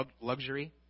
luxury